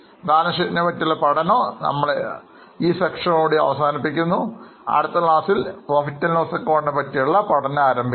അതിനാൽ Balance sheet നെ പറ്റിയുള്ള പഠനം നമ്മൾ ഈ സെഷൻ ഓടുകൂടി അവസാനിപ്പിക്കുന്നു അടുത്ത ക്ലാസ്സിൽ Profit loss ac പറ്റിയുള്ള പഠനം ആരംഭിക്കാം